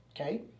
Okay